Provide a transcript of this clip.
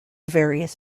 various